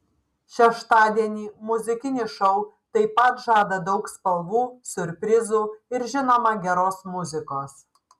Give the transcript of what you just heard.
šeštadienį muzikinis šou taip pat žada daug spalvų siurprizų ir žinoma geros muzikos